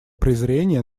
презрения